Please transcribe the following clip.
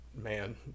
man